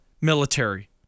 military